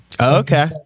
Okay